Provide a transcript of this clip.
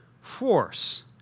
force